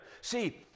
See